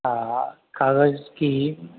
आ कागज की